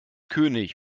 könig